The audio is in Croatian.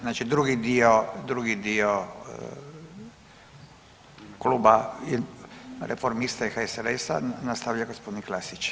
Znači drugi dio kluba Reformista i HSLS-a nastavlja gospodin Klasić.